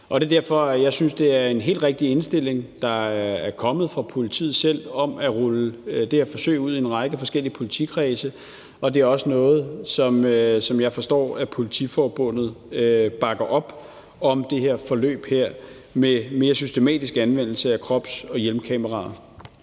Det er derfor, jeg synes, at det er en helt rigtig indstilling, der er kommet fra politiet selv, nemlig at rulle det her forsøg ud i en række forskellige politikredse, og jeg forstår også, at Politiforbundet bakker op om det her forløb med en mere systematisk anvendelse af krops- og hjelmkameraer.